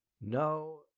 No